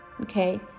okay